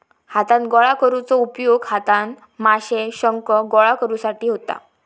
हातान गोळा करुचो उपयोग हातान माशे, शंख गोळा करुसाठी होता